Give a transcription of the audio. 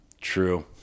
True